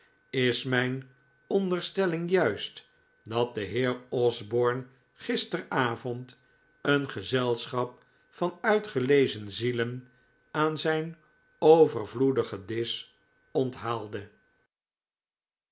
is mijn onderstelling juist dat de heer osborne gisterenavond een gezelschap van uitgelezen zielen aan zijn overvloedigen disch